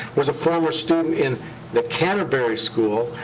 was a former student in the canterbury school,